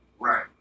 Right